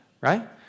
right